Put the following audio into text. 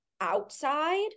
outside